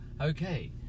Okay